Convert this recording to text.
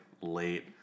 late-